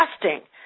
disgusting